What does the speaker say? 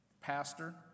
pastor